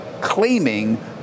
claiming